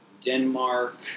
Denmark